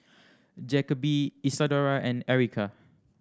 Jacoby Isadora and Erykah